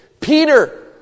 Peter